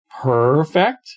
perfect